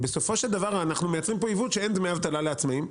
בסופו של דבר אנחנו מייצרים פה עיוות שאין דמי אבטלה לעצמאים,